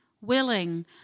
willing